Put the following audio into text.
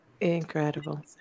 incredible